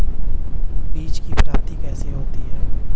बीज की प्राप्ति कैसे होती है?